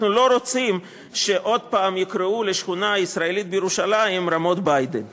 אנחנו לא רוצים שעוד פעם יקראו לשכונה ישראלית בירושלים "רמות ביידן".